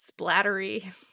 splattery